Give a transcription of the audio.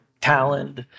Talent